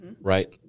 right